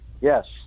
Yes